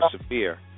severe